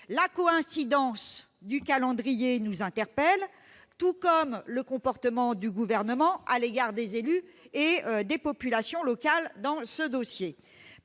La coïncidence du calendrier nous interpelle, tout comme le comportement du Gouvernement à l'égard des élus et des populations locales dans ce dossier.